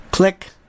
click